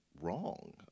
wrong